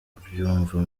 abyumva